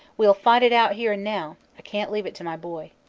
we'll fight it out here and now i can't leave it to my boy.